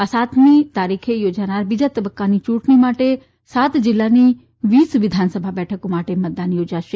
આ સાતમી તારીખે યોજાનારી બીજા તબકકાની યુંટણીઓ માટે સાત જીલ્લાની વીસ વિધાનસભા બેઠકો માટે મતદાન યોજાશે